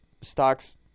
stocks